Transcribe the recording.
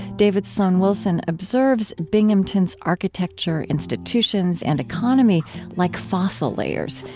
david sloan wilson observes binghamton's architecture, institutions, and economy like fossil layers,